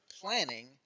planning